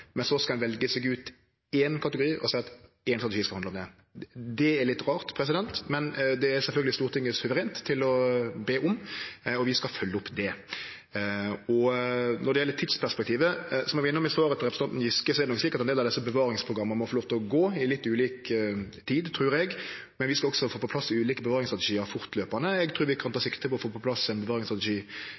men så skal ein velje seg ut éin kategori og seie at strategien skal handle om det. Det er litt rart, men det er sjølvsagt Stortinget suverent til å be om. Vi skal følgje opp det. Når det gjeld tidsperspektivet – som eg var innom i svaret til representanten Giske –er det nok slik at ein del av desse bevaringsprogramma må få lov til å gå i litt ulik tid, trur eg. Men vi skal også få på plass dei ulike bevaringsstrategiane fortløpande. Eg trur vi kan ta sikte på å få på plass ein